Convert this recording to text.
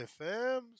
fams